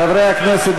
חברי הכנסת,